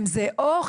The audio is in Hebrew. אם זה אוכל,